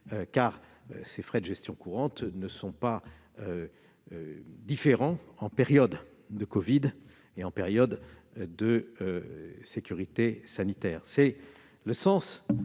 car ces frais ne sont pas différents en période de covid et en période de sécurité sanitaire.